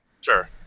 Sure